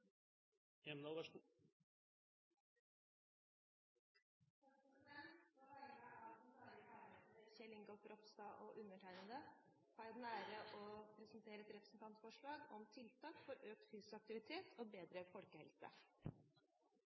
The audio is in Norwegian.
Hjemdal vil framsette et representantforslag. På vegne av Knut Arild Hareide, Kjell Ingolf Ropstad og undertegnede har jeg den ære å presentere et representantforslag om tiltak for økt fysisk aktivitet og bedre folkehelse.